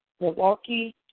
Milwaukee